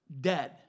dead